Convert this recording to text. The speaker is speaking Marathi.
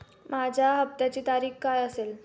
माझ्या हप्त्याची तारीख काय असेल?